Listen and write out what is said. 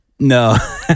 No